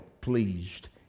pleased